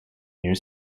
near